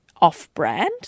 Off-brand